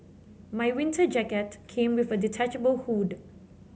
my winter jacket came with a detachable hood